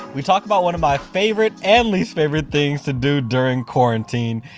we talk about one of my favorite and least favorite things to do during quarantine,